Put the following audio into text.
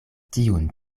tiun